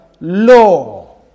law